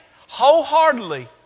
wholeheartedly